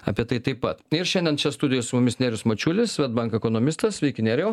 apie tai taip pat ir šiandien čia studijoj su mumis nerijus mačiulis swedbank ekonomistas sveiki nerijau